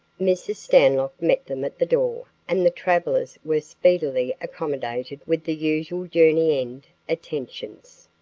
mrs. stanlock met them at the door and the travelers were speedily accommodated with the usual journey-end attentions.